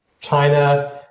China